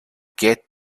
get